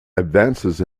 advances